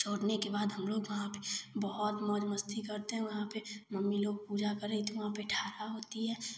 छोड़ने के बाद हम लोग वहाँ पर बहुत मौज मस्ती करते हैं वहाँ पर मम्मी लोग पूजा कर रही तो वहाँ पर खड़ा होती है